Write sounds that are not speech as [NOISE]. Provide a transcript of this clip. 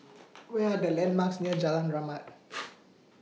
Where Are The landmarks near Jalan Rahmat [NOISE]